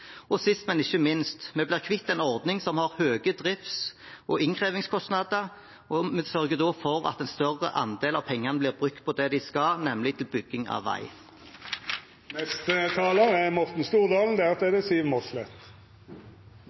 Og sist, men ikke minst: Vi blir kvitt en ordning som har høye drifts- og innkrevingskostnader, og vi sørger for at en større andel av pengene blir brukt på det de skal, nemlig bygging av